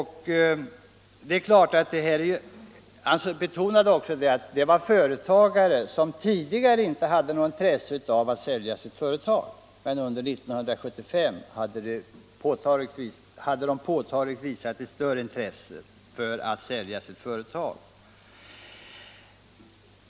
Han betonade också att företagare, som tidigare inte hade visat något intresse av att sälja sitt bolag, under 1975 hade varit påtagligt mera benägna att göra det.